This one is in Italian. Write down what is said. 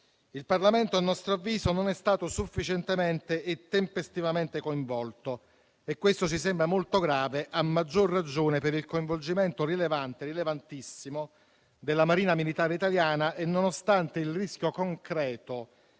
Il Parlamento, a nostro avviso, non è stato sufficientemente e tempestivamente coinvolto. Questo ci sembra molto grave, a maggior ragione per il coinvolgimento rilevante, rilevantissimo, della Marina militare italiana e nonostante il rischio concreto